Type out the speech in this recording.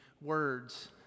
words